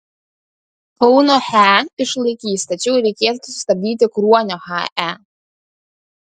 kauno he išlaikys tačiau reikėtų sustabdyti kruonio hae